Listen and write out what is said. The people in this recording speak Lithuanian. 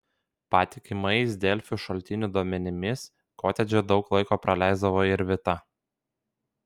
patikimais delfi šaltinių duomenimis kotedže daug laiko praleisdavo ir vita